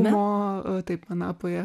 nuo taip anapoje